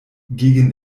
gegen